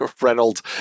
Reynolds